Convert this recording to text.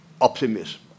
optimism